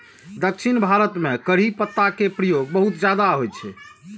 दक्षिण भारत मे करी पत्ता के प्रयोग बहुत ज्यादा होइ छै